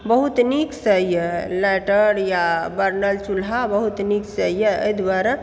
बहुत नीकसँ यऽ लाइटर या बर्नर चूल्हा बहुत नीकसँ यऽ एहि दुआरे